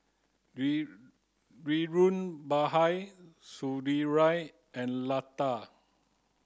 dhirubhai Sunderlal and Lata